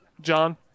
John